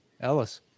Ellis